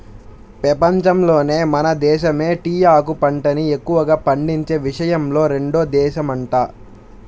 పెపంచంలోనే మన దేశమే టీయాకు పంటని ఎక్కువగా పండించే విషయంలో రెండో దేశమంట